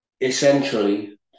essentially